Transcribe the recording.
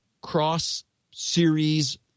cross-series